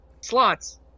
Slots